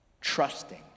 Trusting